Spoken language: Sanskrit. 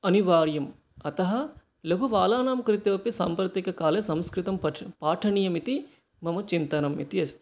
अनिवार्यम् अतः लघुबालानां कृते अपि साम्प्रतिककाले संस्कृतं पाठनीयम् इति मम चिन्तनम् इति अस्ति